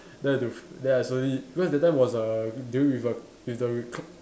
then I have to then I slowly because that time was uh during with the with the